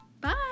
Bye